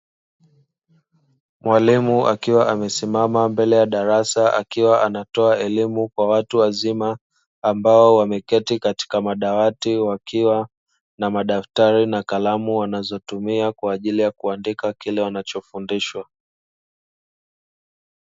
Mwalimu akiwa amesimama mbele ya darasa akiwa anatoa elimu kwa watu wazima ambao wameketi katika madawati, wakiwa na madaftari na kalamu wanazotumia kwa ajili ya kuandika kile wanachofundishwa.